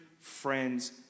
friend's